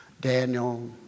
Daniel